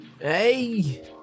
hey